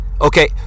Okay